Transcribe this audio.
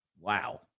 Wow